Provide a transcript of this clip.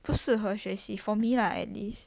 不适合学习 for me lah at least